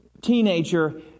teenager